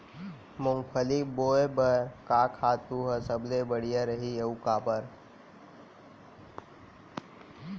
मूंगफली बोए बर का खातू ह सबले बढ़िया रही, अऊ काबर?